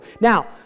Now